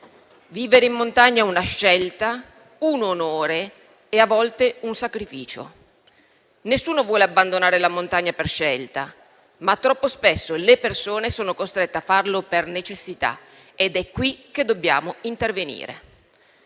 Vivere in montagna è una scelta, un onore e a volte un sacrificio. Nessuno vuole abbandonare la montagna per scelta, ma troppo spesso le persone sono costrette a farlo per necessità ed è qui che dobbiamo intervenire.